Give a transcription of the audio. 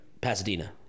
Pasadena